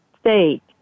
state